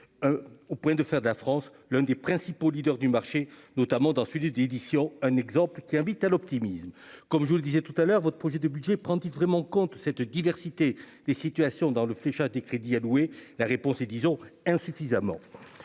au point de faire de la France, l'un des principaux leaders du marché notamment dans Sud et d'édition, un exemple qui invite à l'optimisme, comme je vous le disais tout à l'heure votre projet de budget prend-il vraiment compte cette diversité des situations dans le fléchage des crédits alloués, la réponse est disons insuffisamment